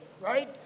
right